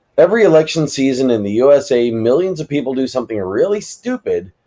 every election season in the usa, millions of people do something ah really stupid,